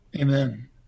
Amen